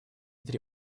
три